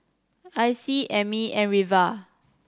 Icy Emmy and Reva